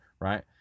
right